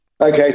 Okay